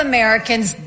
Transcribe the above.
Americans